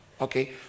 Okay